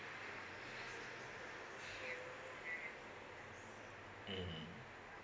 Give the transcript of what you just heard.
mm